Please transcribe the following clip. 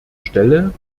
stelle